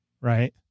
right